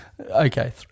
Okay